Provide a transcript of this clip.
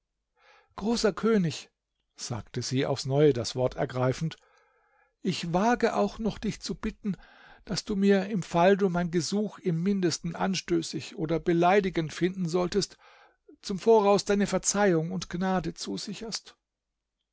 großer könig sagte sie aufs neue das wort ergreifend ich wage auch noch dich zu bitten daß du mir im fall du mein gesuch im mindesten anstößig oder beleidigend finden solltest zum voraus deine verzeihung und gnade zusicherst